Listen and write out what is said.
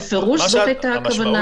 בפירוש זאת הייתה הכוונה,